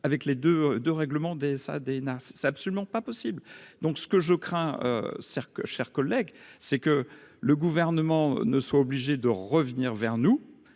avec les deux de règlement des ça DNA, c'est absolument pas possible, donc ce que je crains, cercle, chers collègues, c'est que le gouvernement ne soit obligé de revenir vers nous,